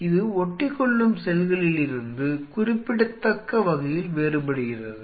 இது ஒட்டிக்கொள்ளும் செல்களிலிருந்து குறிப்பிடத்தக்க வகையில் வேறுபடுகிறது